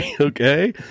Okay